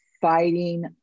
fighting